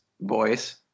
voice